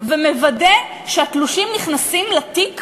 ומוודא שהתלושים נכנסים לתיק